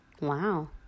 Wow